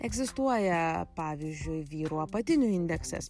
egzistuoja pavyzdžiui vyrų apatinių indeksas